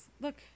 look